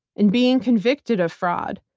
and being convicted of fraud,